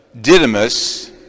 Didymus